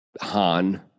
Han